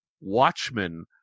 Watchmen